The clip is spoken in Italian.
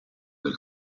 del